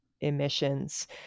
emissions